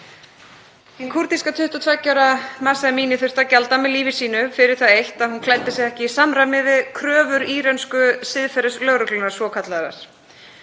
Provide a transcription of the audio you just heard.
Hin kúrdíska, 22 ára Mahsa Amini þurfti að gjalda með lífi sínu fyrir það eitt að hún klæddi sig ekki í samræmi við kröfur írönsku siðferðislögreglunnar svokallaðrar.